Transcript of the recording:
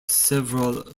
several